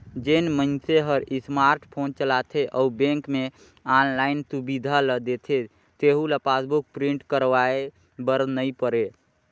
जेन मइनसे हर स्मार्ट फोन चलाथे अउ बेंक मे आनलाईन सुबिधा ल देथे तेहू ल पासबुक प्रिंट करवाये बर नई परे